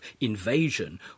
invasion